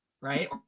right